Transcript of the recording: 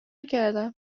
نکردم